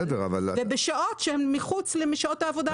ובשעות שהן מחוץ לשעות העבודה המקובלות.